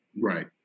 Right